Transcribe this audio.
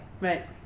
Right